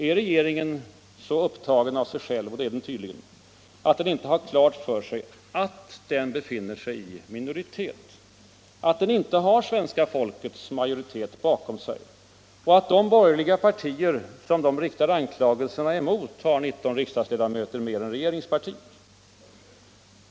Är regeringen så upptagen av sig själv — det är den tydligen — att den inte har klart för sig att den befinner sig i minoritet, att den inte har svenska folkets majoritet bakom sig och att de borgerliga partierna som den riktar anklagelserna emot har 19 riksdagsledamöter mer än regeringspartiet?